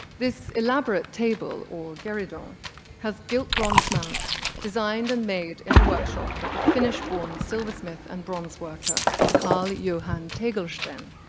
this elaborate table or gueridon has gilt bronze mounts designed and made in the workshop of the finnish born silversmith and bronze worker carl johann tagelsten.